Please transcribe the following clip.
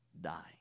die